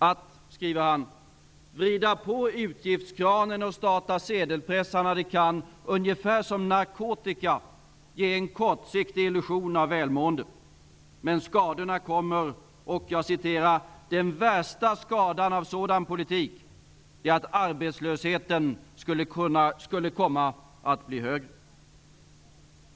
Delors skriver: Att vrida på utgiftskranen och starta sedelpressarna kan ungefär som narkotika ge en kortsiktig illusion av välmående, men skadorna kommer och -- jag citerar -- ''den värsta skadan av sådan politik är att arbetslösheten skulle komma att bli högre''.